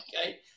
okay